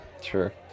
sure